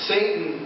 Satan